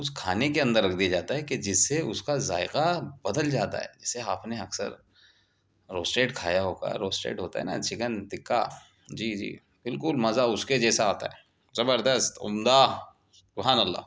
اس کھانے کے اندر رکھ دیا جاتا ہے کہ جس سے اس کا ذائقہ بدل جاتا ہے جیسے آپ نے اکثر روسٹیڈ کھایا ہوگا روسٹیڈ ہوتا ہے نہ چکن ٹکہ جی جی بالکل مزہ اس کے جیسا آتا ہے ابردست عمدہ سبحان اللہ